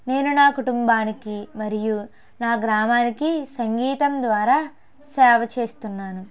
నేను నా కుటుంబానికి మరియు నా గ్రామానికి సంగీతం ద్వారా సేవ చేస్తున్నాను